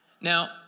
Now